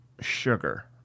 Sugar